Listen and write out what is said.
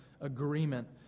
agreement